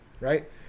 right